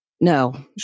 No